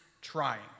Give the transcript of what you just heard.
trying